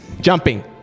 Jumping